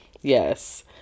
Yes